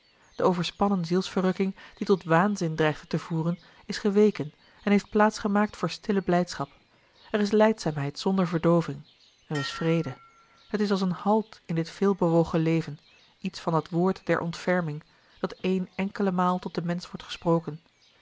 de overspannen zielsverrukking die tot waanzin dreigde te voeren is geweken en heeft plaats gemaakt voor stille blijdschap er is lijdzaamheid zonder verdooving er is vrede het is als een halt in dit veel bewogen leven iets van dat woord der ontferming dat eene enkele maal tot den mensch wordt gesproken